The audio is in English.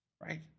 right